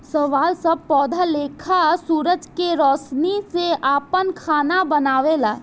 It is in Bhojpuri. शैवाल सब पौधा लेखा सूरज के रौशनी से आपन खाना बनावेला